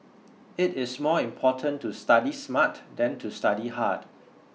it is more important to study smart than to study hard